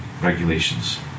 regulations